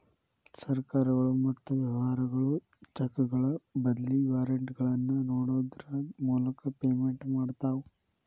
ಸರ್ಕಾರಗಳು ಮತ್ತ ವ್ಯವಹಾರಗಳು ಚೆಕ್ಗಳ ಬದ್ಲಿ ವಾರೆಂಟ್ಗಳನ್ನ ನೇಡೋದ್ರ ಮೂಲಕ ಪೇಮೆಂಟ್ ಮಾಡ್ತವಾ